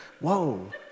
whoa